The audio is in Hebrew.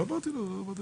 לא אמרתי דבר.